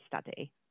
study